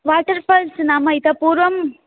water Falls नाम इतः पूर्वम्